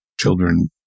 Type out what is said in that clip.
children